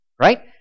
Right